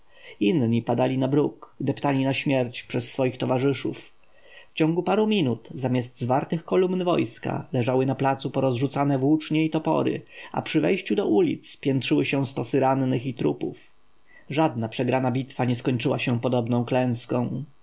inni padali na bruk deptani na śmierć przez swoich towarzyszów w ciągu paru minut zamiast zwartych kolumn wojska leżały na placu porozrzucane włócznie i topory a przy wejściu do ulic piętrzyły się stosy rannych i trupów żadna przegrana bitwa nie skończyła się podobną klęską